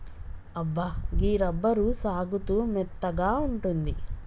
అబ్బా గీ రబ్బరు సాగుతూ మెత్తగా ఉంటుంది